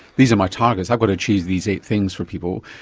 these are my targets, i've got to choose these eight things for people,